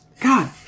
God